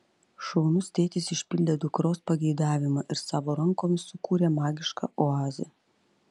šaunus tėtis išpildė dukros pageidavimą ir savo rankomis sukūrė magišką oazę